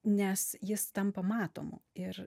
nes jis tampa matomu ir